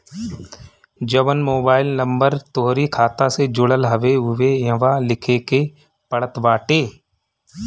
जवन mobile number तोहरी खाता से जुड़ल हवे उहवे इहवा लिखे के पड़त बाटे